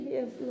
Yes